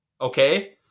Okay